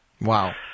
Wow